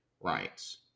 rights